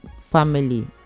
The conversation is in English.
family